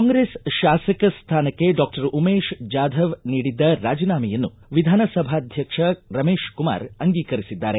ಕಾಂಗ್ರೆಸ್ ಶಾಸಕ ಸ್ವಾನಕ್ಕೆ ಡಾಕ್ಷರ್ ಉಮೇಶ್ ಜಾಧವ್ ನೀಡಿದ್ದ ರಾಜಿನಾಮೆಯನ್ನು ವಿಧಾನಸಭಾಧ್ಯಕ್ಷ ರಮೇಶ್ ಕುಮಾರ್ ಅಂಗೀಕರಿಸಿದ್ದಾರೆ